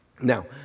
Now